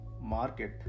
market